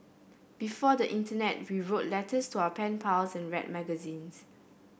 before the internet we wrote letters to our pen pals and read magazines